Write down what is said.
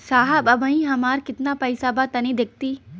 साहब अबहीं हमार कितना पइसा बा तनि देखति?